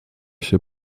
się